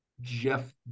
Jeff